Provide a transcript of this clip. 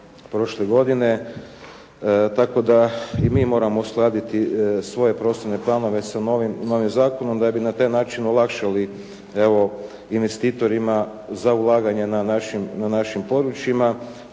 tako da i mi moramo uskladiti svoje prostorne planove sa novim zakonom da bi na taj način olakšali evo investitorima za ulaganje na našim područjima